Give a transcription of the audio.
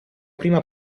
prima